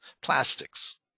plastics